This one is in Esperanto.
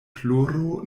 ploro